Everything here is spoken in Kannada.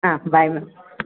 ಹಾಂ ಬಾಯ್ ಮ್ಯಾಮ್